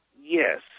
yes